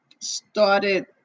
started